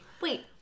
Wait